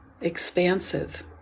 expansive